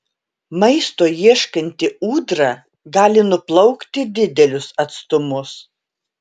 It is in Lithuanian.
maisto ieškanti ūdra gali nuplaukti didelius atstumus